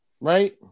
Right